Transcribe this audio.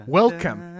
welcome